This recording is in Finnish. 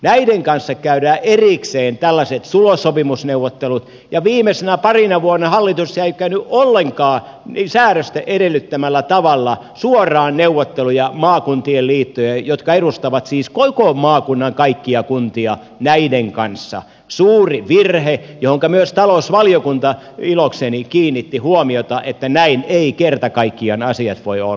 näiden kanssa käydään erikseen tällaiset tulossopimusneuvottelut ja viimeisenä parina vuonna hallitus ei ole käynyt ollenkaan säädösten edellyttämällä tavalla suoraan neuvotteluja maakuntien liittojen kanssa jotka edustavat siis koko maakunnan kaikkia kuntia suuri virhe johonka myös talousvaliokunta ilokseni kiinnitti huomiota että näin eivät kerta kaikkiaan asiat voi olla